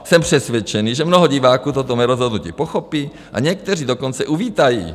Jsem přesvědčený, že mnoho diváků toto mé rozhodnutí pochopí, a někteří dokonce uvítají.